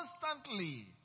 constantly